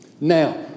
Now